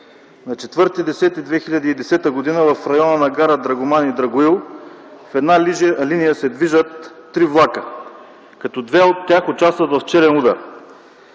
На 4.10.2010 г. в района на гара Драгоман и Драгоил в една линия се движат три влака, като два от тях участват в челен удар.